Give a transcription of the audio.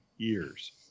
Years